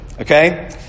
Okay